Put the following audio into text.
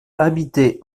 habitait